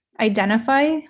identify